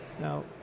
Now